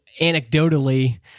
anecdotally